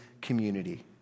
community